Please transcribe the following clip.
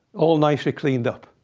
all nicely cleaned up.